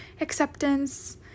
acceptance